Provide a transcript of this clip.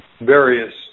various